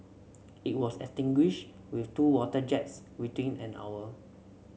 it was extinguished with two water jets within an hour